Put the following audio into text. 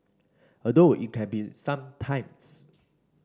although it can be some times